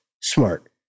smart